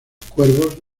cuervos